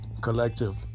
collective